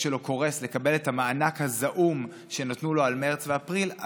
שלו קורס לקבל את המענק הזעום שנתנו לו על מרץ ואפריל,